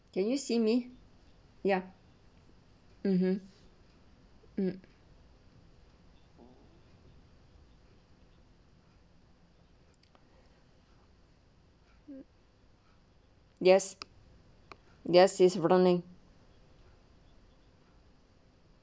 can you see me ya mmhmm mm yes yes is running